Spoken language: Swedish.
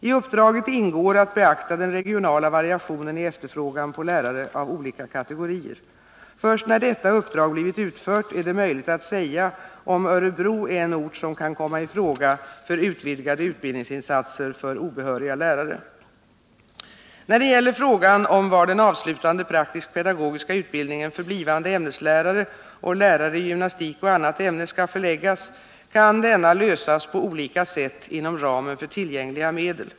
I uppdraget ingår att beakta den regionala variationen i efterfrågan på lärare av olika kategorier. Först när detta uppdrag blivit utfört är det möjligt att säga om Örebro är en ort som kan komma i fråga för utvidgade utbildningsinsatser för obehöriga lärare. När det gäller frågan om var den avslutande praktisk-pedagogiska utbildningen för blivande ämneslärare och lärare i gymnastik och annat ämne skall förläggas, kan denna lösas på olika sätt inom ramen för tillgängliga medel.